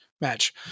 match